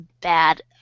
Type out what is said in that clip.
bad